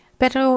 pero